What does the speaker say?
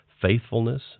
faithfulness